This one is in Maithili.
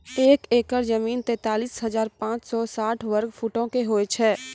एक एकड़ जमीन, तैंतालीस हजार पांच सौ साठ वर्ग फुटो के होय छै